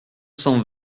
cent